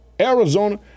Arizona